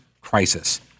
crisis